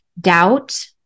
doubt